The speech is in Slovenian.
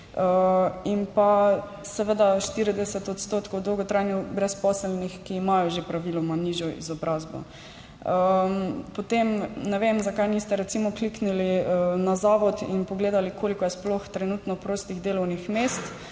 in seveda 40 % dolgotrajno brezposelnih, ki imajo že praviloma nižjo izobrazbo. Potem ne vem, zakaj niste recimo kliknili na zavod in pogledali, koliko je sploh trenutno prostih delovnih mest.